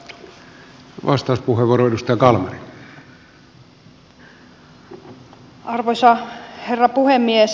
arvoisa herra puhemies